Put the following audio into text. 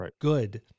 good